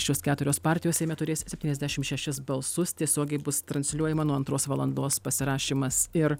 šios keturios partijos seime turės septyniasdešim šešis balsus tiesiogiai bus transliuojama nuo antros valandos pasirašymas ir